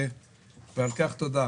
ועל כך תודה.